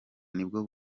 nibwo